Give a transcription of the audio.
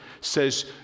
says